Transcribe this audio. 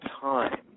time